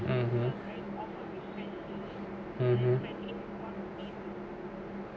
(uh huh)